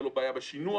תהיה לו בעיה בשינוע,